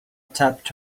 tapped